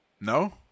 No